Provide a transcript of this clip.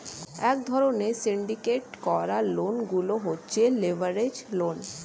এক ধরণের সিন্ডিকেট করা লোন গুলো হচ্ছে লেভারেজ লোন